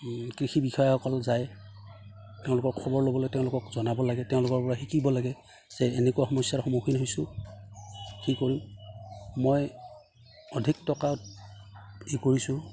কৃষি বিষয়াসকল যায় তেওঁলোকক খবৰ ল'বলৈ তেওঁলোকক জনাব লাগে তেওঁলোকৰ পৰা শিকিব লাগে যে এনেকুৱা সমস্যাৰ সন্মুখীন হৈছোঁ কি কৰোঁ মই অধিক টকা কৰিছোঁ